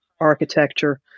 architecture